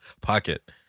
pocket